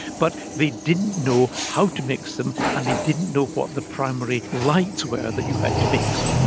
but they didn't know how to mix them and they didn't know what the primary lights were that you had to mix.